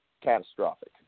catastrophic